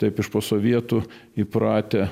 taip iš po sovietų įpratę